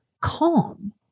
calm